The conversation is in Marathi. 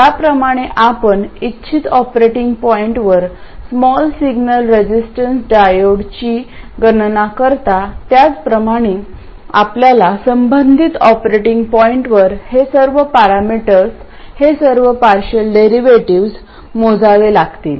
ज्याप्रमाणे आपण इच्छित ऑपरेटिंग पॉईंटवर स्मॉल सिग्नल रेझिस्टन्स डायोडची गणना करता त्याचप्रमाणे आपल्याला संबंधित ऑपरेटिंग पॉईंटवर हे सर्व पॅरामीटर्स हे पार्शियल डेरिव्हेटिव्ह मोजावे लागतील